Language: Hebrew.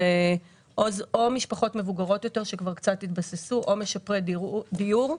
אלה או משפחות מבוגרות יותר שכבר קצת התבססו או משפרי דיור.